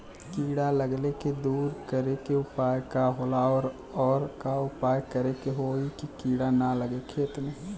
कीड़ा लगले के दूर करे के उपाय का होला और और का उपाय करें कि होयी की कीड़ा न लगे खेत मे?